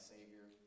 Savior